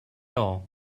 all